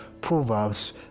Proverbs